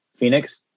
Phoenix